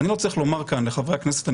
אני לא צריך לומר כאן לחברי הכנסת הנכבדים,